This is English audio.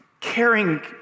caring